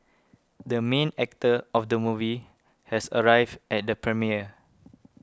the main actor of the movie has arrived at the premiere